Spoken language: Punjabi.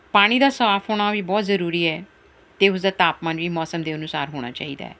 ਪਾਣੀ ਦਾ ਸਾਫ ਹੋਣਾ ਵੀ ਬਹੁਤ ਜ਼ਰੂਰੀ ਹੈ ਅਤੇ ਉਸ ਦਾ ਤਾਪਮਾਨ ਵੀ ਮੌਸਮ ਦੇ ਅਨੁਸਾਰ ਹੋਣਾ ਚਾਹੀਦਾ